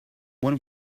one